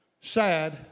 sad